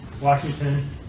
Washington